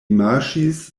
marŝis